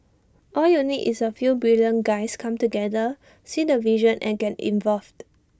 all you need is A few brilliant guys come together see the vision and get involved